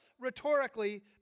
rhetorically